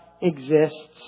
exists